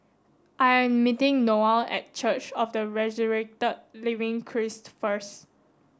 I am meeting Noelle at Church of the Resurrected Living Christ first